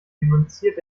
denunziert